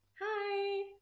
hi